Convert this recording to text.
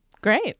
Great